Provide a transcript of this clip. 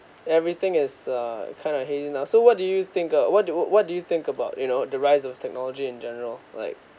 everything is uh kind of hidden lah so what do you think uh what do you what do you think about you know the rise of technology in general like